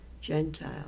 Gentile